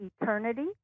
eternity